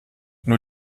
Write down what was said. nur